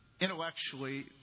intellectually